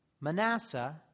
Manasseh